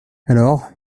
alors